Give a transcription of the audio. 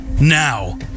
Now